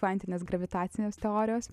kvantinės gravitacinės teorijos